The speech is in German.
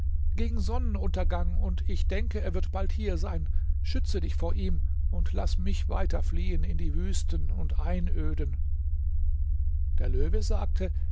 gegen sonnenuntergang und ich denke er wird bald hier sein schütze dich vor ihm und laß mich weiter fliehen in die wüsten und einöden der löwe sagte